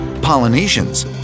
Polynesians